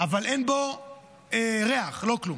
אבל אין בו ריח, לא כלום.